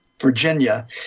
Virginia